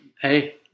Hey